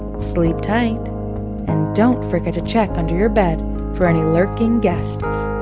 sleep tight and don't forget to check under your bed for any lurking guests!